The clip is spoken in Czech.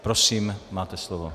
Prosím, máte slovo.